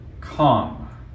come